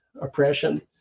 oppression